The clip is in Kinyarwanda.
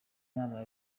nama